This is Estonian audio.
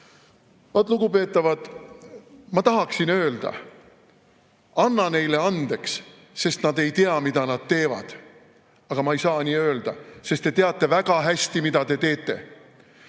Ma tahaksin öelda: "Anna neile andeks, sest nad ei tea, mida nad teevad," aga ma ei saa nii öelda, sest te teate väga hästi, mida te teete.